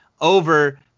over